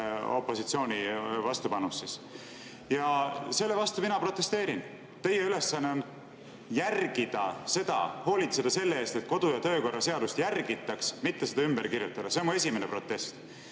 Ja selle vastu mina protesteerin. Teie ülesanne on hoolitseda selle eest, et kodu- ja töökorra seadust järgitaks, mitte seda ümber kirjutada. See on mu esimene protest.